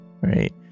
right